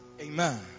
Amen